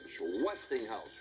Westinghouse